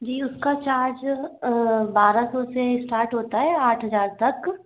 जी उसका चार्ज बारह सौ से स्टार्ट होता है आठ हज़ार तक